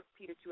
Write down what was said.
Peter